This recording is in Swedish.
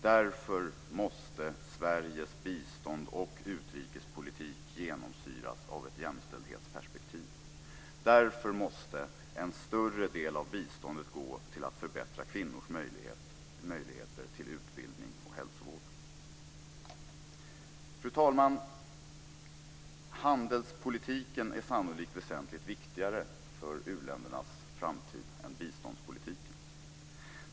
Därför måste Sveriges bistånd och utrikespolitik genomsyras av ett jämställdhetsperspektiv. Därför måste en större del av biståndet gå till att förbättra kvinnors möjligheter till utbildning och hälsovård. Fru talman! Handelspolitiken är sannolikt väsentligt viktigare för u-ländernas framtid än biståndspolitiken.